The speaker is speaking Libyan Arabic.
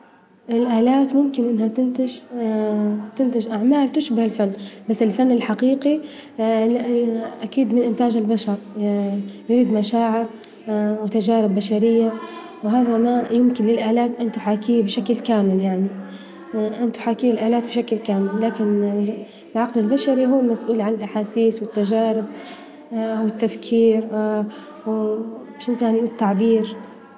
الآلات ممكن إنها تنتج تنتج أعمال تشبه الفن، بس الفن الحقيقي أكيد من إنتاج البشر، يريد مشاعر وتجارب بشرية، وهذا ما يمكن للآلات أن تحاكيه بشكل كامل يعني، أن تحاكيه الآلات بشكل كامل، لكن العقل البشري هوالمسؤول عن الأحاسيس، والتجارب، والتفكير، شو تاني والتعبير.